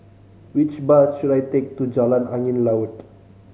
which bus should I take to Jalan Angin Laut